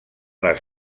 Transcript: les